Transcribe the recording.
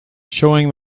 showing